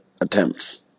attempts